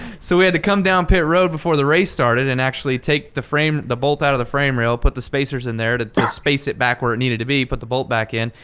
so we had to come down pit road before the race started and actually take the frame the bolt out of the frame rail put the spacers in there to space it back where it needed to be, put the bolt back in,